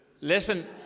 Listen